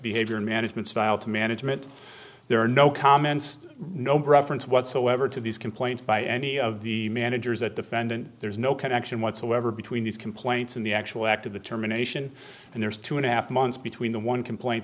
behavior and management style to management there are no comments no preference whatsoever to these complaints by any of the managers at defendant there is no connection whatsoever between these complaints and the actual act of the terminations and there's two and a half months between the one complaint